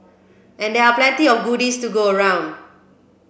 and there are plenty of goodies to go around